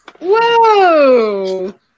Whoa